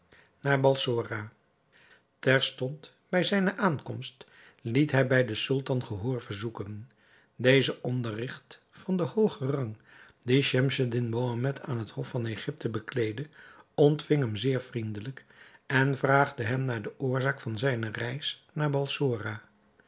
naar balsora terstond bij zijne aankomst liet hij bij den sultan gehoor verzoeken deze onderrigt van den hoogen rang dien schemseddin mohammed aan het hof van egypte bekleedde ontving hem zeer vriendelijk en vraagde hem naar de oorzaak van zijne reis naar balsora